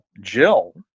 Jill